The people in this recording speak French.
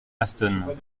aston